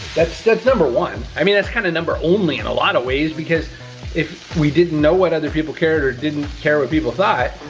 that's that's number one. i mean, that's kinda number only in a lot of ways, because if we didn't know what other people cared or didn't care what people thought,